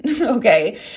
okay